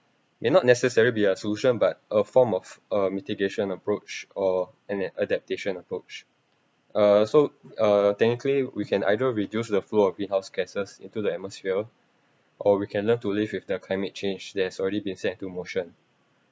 may not necessarily be a solution but a form of a mitigation approach or an adaptation approach uh so uh technically we can either reduce the flow of greenhouse gases into the atmosphere or we can learn to live with the climate change there's already been set into motion